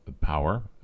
power